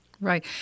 Right